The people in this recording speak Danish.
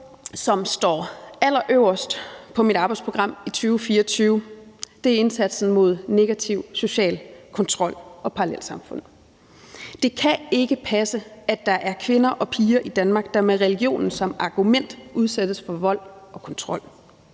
som står allerøverst på mit arbejdsprogram i 2024, er indsatsen mod negativ social kontrol og parallelsamfund. Det kan ikke passe, at der er kvinder og piger i Danmark, der med religionen som argument udsættes for vold og kontrol.